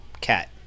Cat